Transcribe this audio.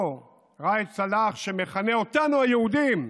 אותו ראאד סלאח שמכנה אותנו, היהודים,